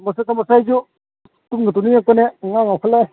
ꯊꯝꯃꯣꯁꯦ ꯊꯝꯃꯣꯁꯦ ꯑꯩꯁꯨ ꯇꯨꯝꯒ ꯇꯨꯝꯅꯤꯡꯉꯛꯄꯅꯦ ꯄꯨꯉꯥꯎ ꯉꯥꯎꯈꯠꯂꯦ